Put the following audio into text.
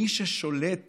מי ששולט